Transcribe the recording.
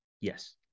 Yes